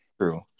True